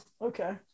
Okay